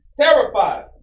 terrified